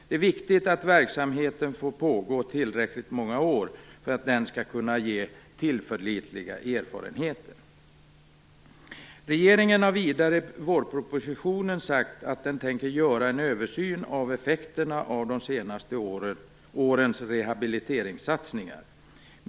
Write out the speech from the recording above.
Det är viktigt att verksamheten får pågå tillräckligt många år för att den skall kunna ge tillförlitliga erfarenheter. Regeringen har vidare i vårpropositionen sagt att den tänker göra en översyn av effekterna av de senaste årens rehabiliteringssatsningar.